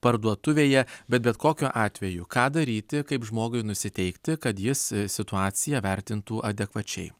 parduotuvėje bet bet kokiu atveju ką daryti kaip žmogui nusiteikti kad jis situaciją vertintų adekvačiai